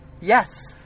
yes